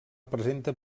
presenta